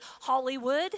Hollywood